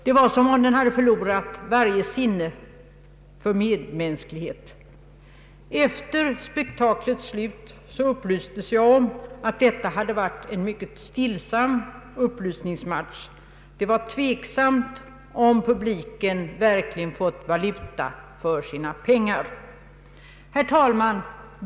Det var som om den hade förlorat varje sinne för medmänsklighet. Efter spektaklets slut upplystes jag om att detta hade varit en mycket stillsam uppvisningsmatch. Det var tveksamt om publiken verkligen fått valuta för sina pengar. Herr talman!